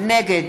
נגד